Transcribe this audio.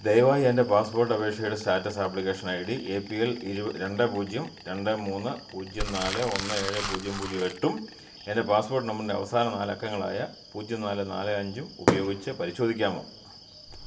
ദയവായി എൻ്റെ പാസ്പോർട്ട് അപേക്ഷയുടെ status application I D A P L രണ്ട് പൂജ്യം രണ്ട് മൂന്ന് പൂജ്യം നാല് ഒന്ന് ഏഴ് പൂജ്യം പൂജ്യം എട്ടും എൻ്റെ പാസ്പോർട്ട് നമ്പറിൻ്റെ അവസാന നാലക്കങ്ങളായ പൂജ്യം നാല് നാല് അഞ്ചും ഉപയോഗിച്ച് പരിശോധിക്കാമോ